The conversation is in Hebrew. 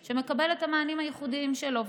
רגילים שמקבלים את המענים הייחודיים שלהם.